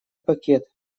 пакет